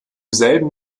selben